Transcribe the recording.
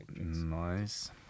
nice